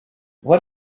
what